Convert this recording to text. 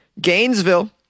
Gainesville